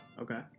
Okay